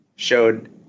showed